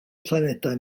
planedau